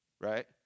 right